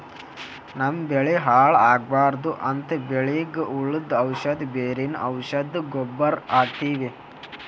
ನಮ್ಮ್ ಬೆಳಿ ಹಾಳ್ ಆಗ್ಬಾರ್ದು ಅಂತ್ ಬೆಳಿಗ್ ಹುಳ್ದು ಔಷಧ್, ಬೇರಿನ್ ಔಷಧ್, ಗೊಬ್ಬರ್ ಹಾಕ್ತಿವಿ